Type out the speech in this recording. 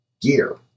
gear